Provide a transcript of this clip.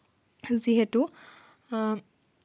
যিহেতু